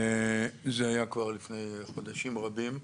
זה היה כבר לפני חודשים רבים.